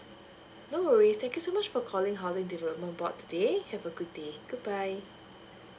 no worries thank you so much for calling housing development board today have a good day good bye